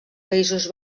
països